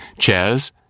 Chaz